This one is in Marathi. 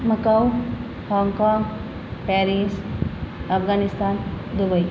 मकाऊ हाँगकाँग पॅरिस अफगानीस्तान दुबई